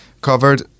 covered